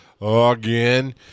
again